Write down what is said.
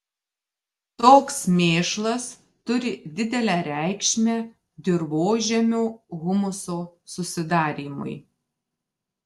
toks mėšlas turi didelę reikšmę dirvožemio humuso susidarymui